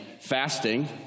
Fasting